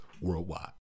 worldwide